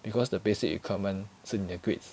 because the basic requirement 是你的 grades